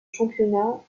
championnat